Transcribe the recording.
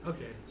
Okay